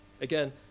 again